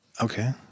Okay